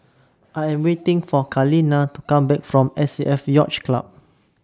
I Am waiting For Kaleena to Come Back from S A F Yacht Club